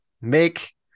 make